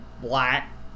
black